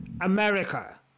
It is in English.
America